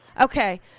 Okay